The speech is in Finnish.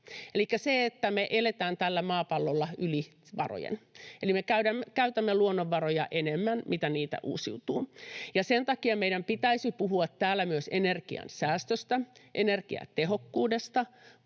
takia, että me eletään tällä maapallolla yli varojen, eli me käytämme luonnonvaroja enemmän kuin niitä uusiutuu, meidän pitäisi puhua täällä myös energiansäästöstä, energiatehokkuudesta,